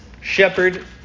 shepherd